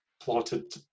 plotted